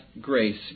grace